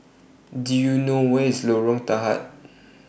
Do YOU know Where IS Lorong Tahar